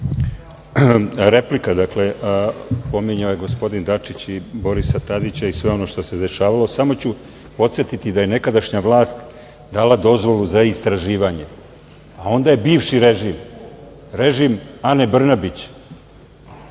Replika. Pominjao je gospodin Dačić i Borisa Tadića i sve ono što se dešavalo. Samo ću podsetiti da je nekadašnja vlast dala dozvolu za istraživanje, a onda je bivši režim, režim Ane Brnabić,